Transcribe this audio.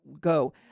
go